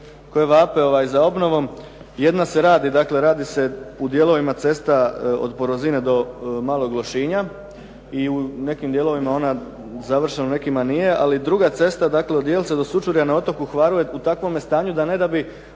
koje vape za obnovom. Jedna se radi, dakle, radi se u dijelovima cesta od Borozine do Malog Lošinja i u nekim dijelovima ona je završena a u nekima nije. Ali druga cesta, dakle od Jelse do Sučurja na otoku Hvaru je u takvome stanju da ne da bi